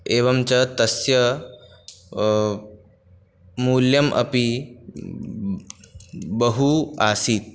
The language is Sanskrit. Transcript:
एवञ्च तस्य मूल्यम् अपि बहु आसीत्